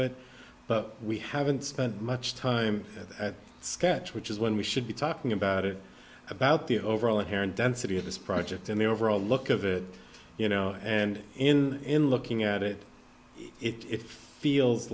it but we haven't spent much time at sketch which is when we should be talking about it about the overall inherent density of this project and the overall look of it you know and in in looking at it it feels